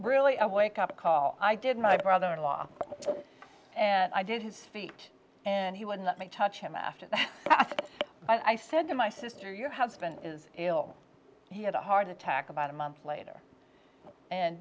really a wake up call i did my brother in law and i did his feet and he wouldn't let me touch him after i said to my sister your husband is ill he had a heart attack about a month later and